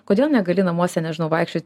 kodėl negali namuose nežinau vaikščioti